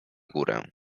górę